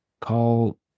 call